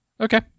Okay